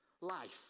life